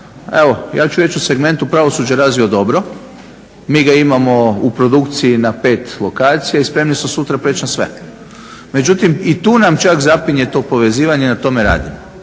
evo ja ću reći u segmentu pravosuđa razvio dobro. Mi ga imamo u produkciji na pet lokacija i spremni smo sutra preći na sve. Međutim i tu nam čak zapinje to povezivanje, na tome radimo.